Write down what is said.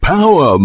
Power